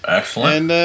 Excellent